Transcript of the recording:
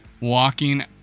walking